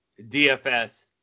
DFS